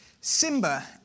Simba